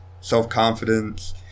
self-confidence